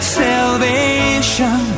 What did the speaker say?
salvation